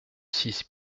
six